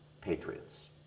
patriots